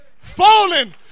falling